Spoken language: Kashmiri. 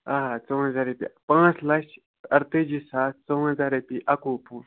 آ ژُوَنٛزاہ رۄپیہِ پانٛژھ لَچھ اَرتٲجی ساس ژۄوَنٛزاہ رۄپیہِ اَکوُہ پۅنٛسہٕ